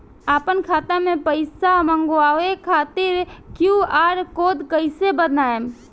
आपन खाता मे पैसा मँगबावे खातिर क्यू.आर कोड कैसे बनाएम?